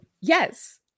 yes